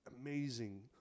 amazing